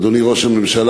אדוני ראש הממשלה,